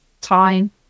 time